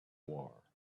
war